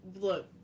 Look